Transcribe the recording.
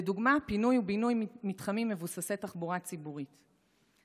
לדוגמה פינוי-בינוי במתחמים מבוססי תחבורה ציבורית.